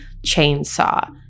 chainsaw